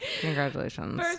Congratulations